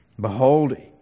Behold